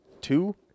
Two